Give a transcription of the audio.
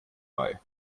bei